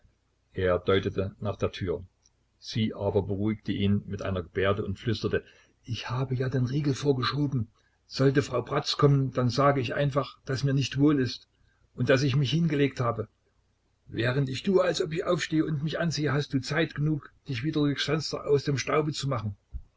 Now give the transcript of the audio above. er deutete nach der tür sie aber beruhigte ihn mit einer gebärde und flüsterte ich habe ja den riegel vorgeschoben sollte frau bratz kommen dann sage ich einfach daß mir nicht wohl ist und daß ich mich hingelegt habe während ich tue als ob ich aufstehe und mich anziehe hast du zeit genug dich wieder durchs fenster aus dem staube zu machen